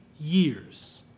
years